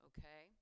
Okay